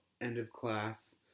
end-of-class